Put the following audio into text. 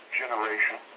generation